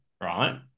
right